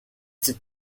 the